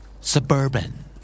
Suburban